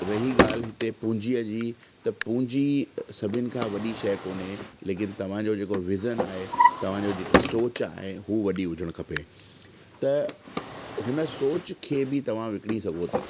रही ॻाल्हि हिते पूंजीअ जी त पूंजी सभिनी खां वॾी शइ कोन्हे लेकिनि तव्हांजो जे को विज़िन आहे तव्हांजो जे की सोच आहे हू वॾी हुजणु खपे त हुन सोच खे बि तव्हां विकिणी सघो था